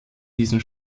diesen